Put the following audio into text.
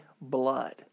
blood